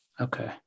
Okay